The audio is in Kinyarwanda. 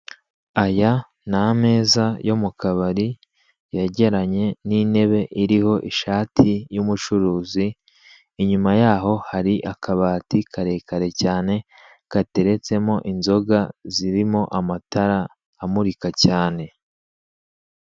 Aya ni ameza yo mu kabari, yegeranye n'intebe iriho ishati y'umucuruzi, inyuma yaho hari akabati karekare cyane, gateretsemo inzoga zirimo amatara amurika cyane.